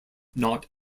not